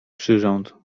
przyrząd